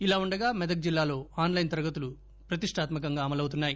ఇదిలాఉండగా మెదక్ జిల్లాలో ఆస్ లైస్ తరగతులు ప్రతిష్టాత్మ కంగా అమలవుతున్నాయి